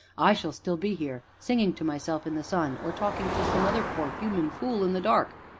i shall still be here, singing to myself in the sun or talking to some other poor human fool, in the dark.